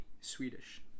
Swedish